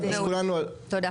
תודה.